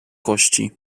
kości